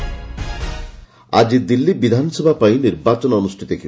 Delhi polling ଆଜି ଦିଲ୍ଲୀ ବିଧାନସଭା ପାଇଁ ନିର୍ବାଚନ ଅନୁଷ୍ଠିତ ହେବ